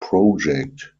project